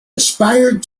aspired